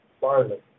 barley